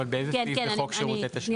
אבל באיזה סעיף לחוק שירותי תשלום.